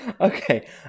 okay